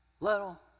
Little